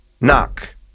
knock